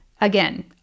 Again